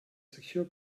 secure